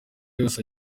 yose